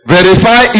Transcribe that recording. Verify